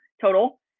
total